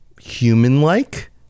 human-like